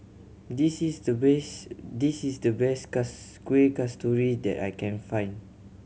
this is the best this is the best Kuih Kasturi that I can find